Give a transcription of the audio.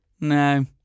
No